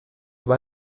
über